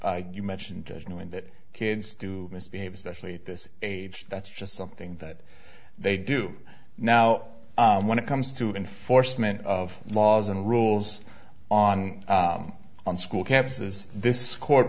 believe you mentioned that kids do misbehave especially at this age that's just something that they do now when it comes to enforcement of laws and rules on on school campuses this court